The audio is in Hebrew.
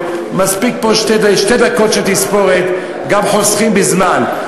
מספיקות פה שתי דקות של תספורת, גם חוסכים בזמן.